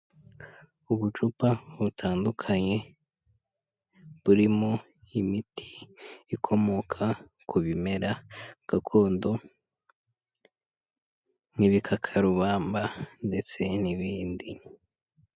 Ubucupa butandukanye, burimo imiti ikomoka ku bimera gakondo n'ibikakarubamba ndetse n'ibindi.